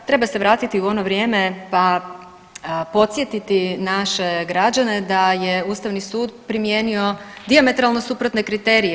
Treba se vratiti u ono vrijeme pa podsjetiti naše građane da je Ustavni sud primijenio dijametralno suprotne kriterije.